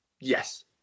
Yes